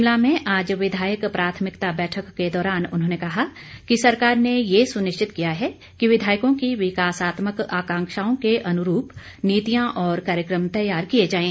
शिमला में आज विधायक प्राथमिकता बैठक के दौरान उन्होंने कहा कि सरकार ने ये सुनिश्चित किया है कि विधायकों की विकासात्मक आकांक्षाओं के अनुरूप नीतियां और कार्यक्रम तैयार किए जाएं